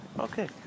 Okay